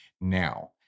Now